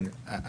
כן.